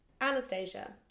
anastasia